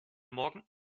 morgen